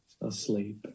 asleep